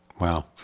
Wow